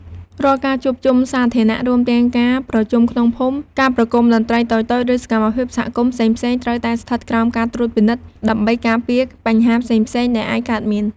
រាល់ការជួបជុំសាធារណៈ រួមទាំងការប្រជុំក្នុងភូមិ ការប្រគំតន្ត្រីតូចៗ ឬសកម្មភាពសហគមន៍ផ្សេងៗ ត្រូវតែស្ថិតក្រោមការត្រួតពិនិត្យ ដើម្បីការពារបញ្ហាផ្សេងៗដែលអាចកើតមាន។